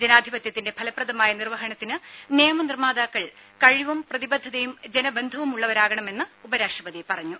ജനാധിപത്യത്തിന്റെ ഫലപ്രദമായ നിർവഹണത്തിന് നിയമനിർമാതാക്കൾ കഴിവും പ്രതിബദ്ധതയും ജനബന്ധവും ഉള്ള വരാകണമെന്ന് ഉപരാഷ്ട്രപതി പറഞ്ഞു